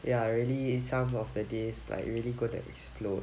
ya really some of the days like really going to explode